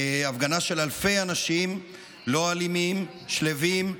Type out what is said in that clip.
הפגנה של אלפי אנשים לא אלימים, שלווים,